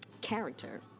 character